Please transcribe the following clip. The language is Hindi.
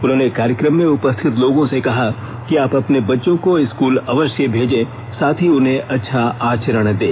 उन्होंने कार्यक्रम में उपस्थित लोगों से कहा कि आप अपने बच्चों को स्कूल अवश्य भेजें साथ ही उन्हें अच्छा आचरण दें